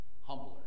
humbler